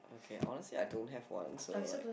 okay honestly I don't have one so like